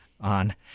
on